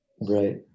Right